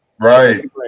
Right